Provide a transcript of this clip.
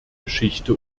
geschichte